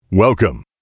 Welcome